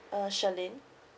uh shirlyn